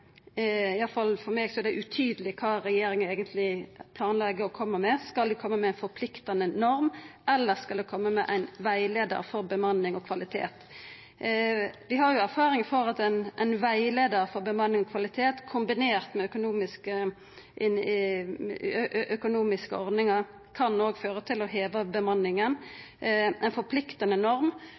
for meg – med omsyn til kva regjeringa eigentleg planlegg å koma med. Skal dei koma med ei forpliktande norm, eller skal dei koma med ei rettleiing for bemanning og kvalitet? Vi har erfaring for at ei rettleiing for bemanning og kvalitet kombinert med økonomiske ordningar også kan føra til å heva bemanninga. Med ei forpliktande